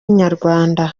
inyarwanda